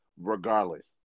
regardless